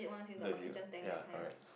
legit ya correct